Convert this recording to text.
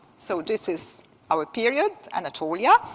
so this is our period, anatolia,